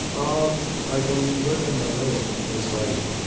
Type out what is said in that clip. um like when you live in l a, it's like,